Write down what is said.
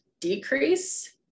decrease